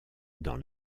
dans